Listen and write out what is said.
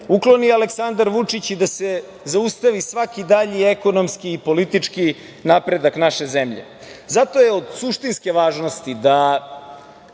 ukloni Aleksandar Vučić i da se zaustavi svaki dalji ekonomski i politički napredak naše zemlje. Zato je od suštinske važnosti da